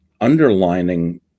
underlining